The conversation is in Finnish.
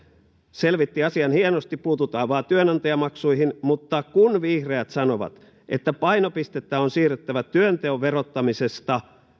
selvitti asian hienosti puututaan vaan työnantajamaksuihin mutta kun vihreät sanovat että painopistettä on siirrettävä työnteon verottamisesta